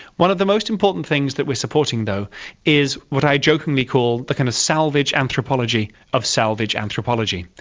one of the most important things that we're supporting though is what i jokingly call the kind of salvage anthropology of salvage anthropology.